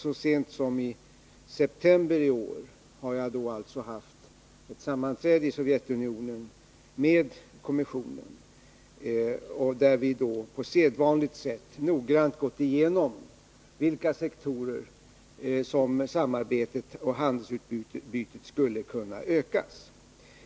Så sent som i september i år hade jag ett sammanträde i Sovjetunionen med kommissionen. På sedvanligt sätt gick vi där noggrant igenom på vilka sektorer samarbetet och handelsutbytet skulle kunna ökas.